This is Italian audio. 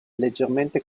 leggermente